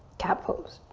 cat pose.